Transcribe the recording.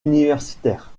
universitaire